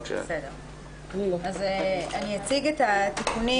אני אציג את התיקונים